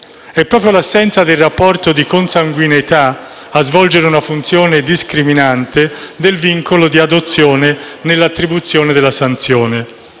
È proprio l'assenza del rapporto di consanguineità a svolgere una funzione discriminante del vincolo di adozione nell'attribuzione della sanzione.